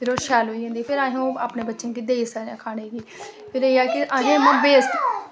ते फिर ओह् शैल होई जंदी ते फिर अस ओह् देई सकदे अपने बच्चें गी ते एह् ऐ कि असें इ'यां वेस्ट